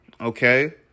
okay